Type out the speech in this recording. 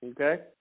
okay